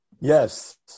yes